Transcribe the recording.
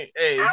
hey